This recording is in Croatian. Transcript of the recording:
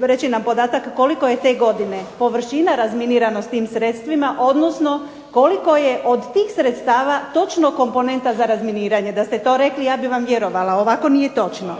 reći nam podatak koliko je te godine površina razminirano s tim sredstvima, odnosno koliko je od tih sredstava točno komponenta za razminiranje. Da ste to rekli ja bih vam vjerovala, ovako nije točno.